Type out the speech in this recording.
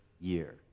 year